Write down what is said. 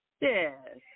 Yes